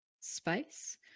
space